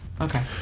Okay